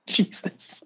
Jesus